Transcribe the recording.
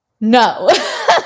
no